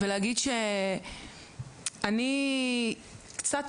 ולהגיד שאני קצת,